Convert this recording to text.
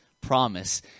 promise